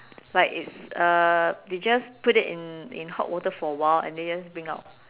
like it's uh we just put it in in hot water for a while and then just bring out